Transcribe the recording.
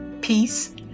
peace